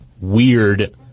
weird